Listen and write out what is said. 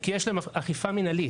כי יש להם אכיפה מנהלית.